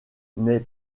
n’est